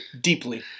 deeply